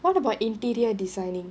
what about interior designing